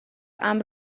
امن